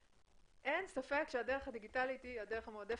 אין ספק שהדרך הדיגיטלית היא הדרך המועדפת.